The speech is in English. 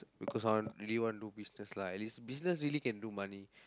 because I want really want do business lah because business really can do money